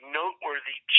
noteworthy